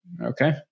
Okay